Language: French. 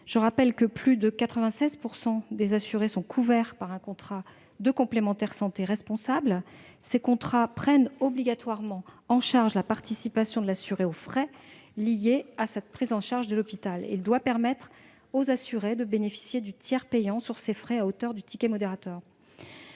en effet, que plus de 96 % des assurés ont signé un contrat de complémentaire santé responsable, qui couvre obligatoirement la participation de l'assuré aux frais liés à la prise en charge de l'hôpital. Ce contrat doit permettre aux assurés de bénéficier du tiers payant sur ces frais, à hauteur du ticket modérateur.